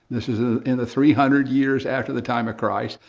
this is ah in the three hundred years after the time of christ,